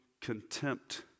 contempt